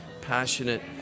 passionate